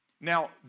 Now